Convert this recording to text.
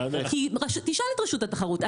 תשאל את רשות התחרות,